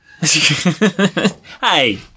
Hey